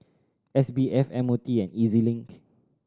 S B F M O T and E Z Link